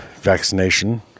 vaccination